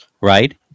right